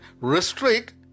restrict